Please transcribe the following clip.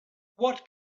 what